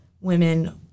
women